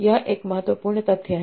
यह एक महत्वपूर्ण तथ्य है